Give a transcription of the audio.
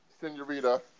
Senorita